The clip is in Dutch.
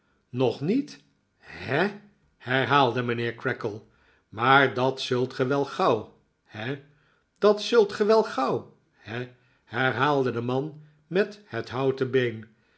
nog niet he herhaalde mijnheer creakle maar dat zult ge wel gauw he dat zult ge wel gauw he herhaalde de man met het houten been